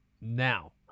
now